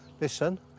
Listen